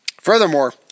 Furthermore